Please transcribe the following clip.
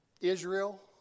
Israel